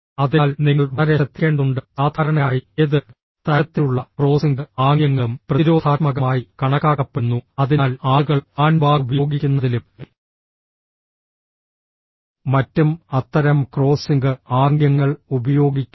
അതിനാൽ നിങ്ങൾ വളരെ ശ്രദ്ധിക്കേണ്ടതുണ്ട് സാധാരണയായി ഏത് തരത്തിലുള്ള ക്രോസിംഗ് ആംഗ്യങ്ങളും പ്രതിരോധാത്മകമായി കണക്കാക്കപ്പെടുന്നു അതിനാൽ ആളുകൾ ഹാൻഡ്ബാഗ് ഉപയോഗിക്കുന്നതിലും മറ്റും അത്തരം ക്രോസിംഗ് ആംഗ്യങ്ങൾ ഉപയോഗിക്കുന്നു